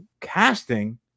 casting